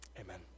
Amen